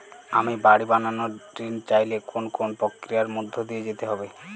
আমি বাড়ি বানানোর ঋণ চাইলে কোন কোন প্রক্রিয়ার মধ্যে দিয়ে যেতে হবে?